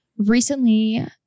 Recently